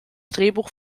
drehbuch